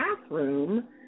bathroom